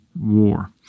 War